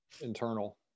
internal